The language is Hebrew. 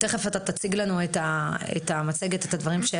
תכף אתה תציג לנו את המצגת שהכנת.